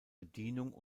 bedienung